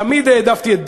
תמיד העדפתי את ביבי,